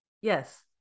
Yes